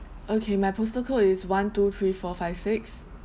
okay my postal code is one two three four five six